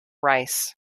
rice